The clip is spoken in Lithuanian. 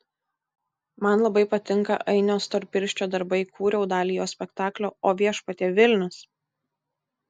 man labai patinka ainio storpirščio darbai kūriau dalį jo spektaklio o viešpatie vilnius